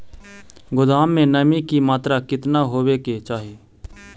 गोदाम मे नमी की मात्रा कितना होबे के चाही?